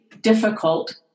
difficult